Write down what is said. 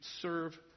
serve